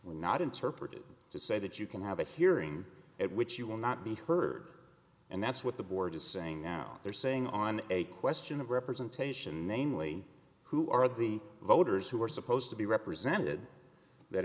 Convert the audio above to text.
were not interpreted to say that you can have a hearing at which you will not be heard and that's what the board is saying now they're saying on a question of representation namely who are the voters who are supposed to be represented that